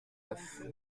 neuf